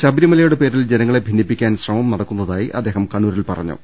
ശബരിമലയുടെ പേരിൽ ജനങ്ങളെ ഭിന്നിപ്പിക്കാൻ ശ്രമം നടക്കുന്നതായി അദ്ദേഹം കണ്ണൂരിൽ പറഞ്ഞു